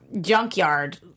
junkyard